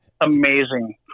amazing